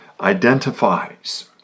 identifies